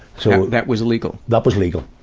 so that was legal. that was legal.